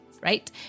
right